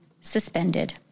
suspended